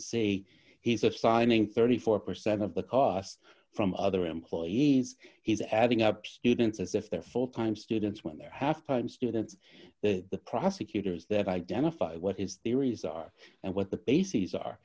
they say he's assigning thirty four percent of the costs from other employees he's adding up students as if they're full time students when they're half time students the prosecutors there identify what is the reason are and what the bases are